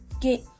get